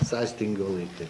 sąstingio laikai